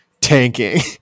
tanking